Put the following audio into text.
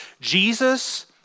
Jesus